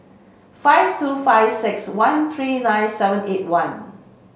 five two five six one three nine seven eight one